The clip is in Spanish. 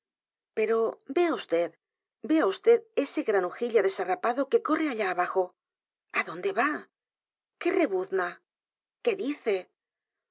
o vea v d vea vd ese granujilla cuatro bestias en una desarrapado que corre allá abajo adonde va q u e rebuzna qué dice